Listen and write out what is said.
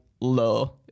low